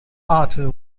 arthur